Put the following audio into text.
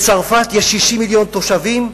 בצרפת יש 60 מיליון תושבים,